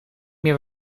meer